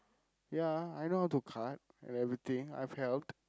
ya I know how to cut and everything I've helped